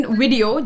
video